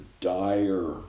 dire